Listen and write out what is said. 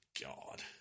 God